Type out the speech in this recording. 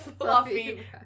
fluffy